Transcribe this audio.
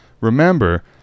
remember